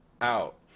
out